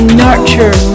nurture